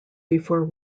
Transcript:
before